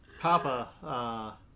Papa